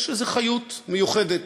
יש איזו חיות מיוחדת